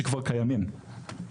שכבר קיימים.